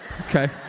okay